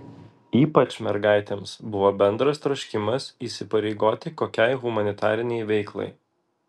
ypač mergaitėms buvo bendras troškimas įsipareigoti kokiai humanitarinei veiklai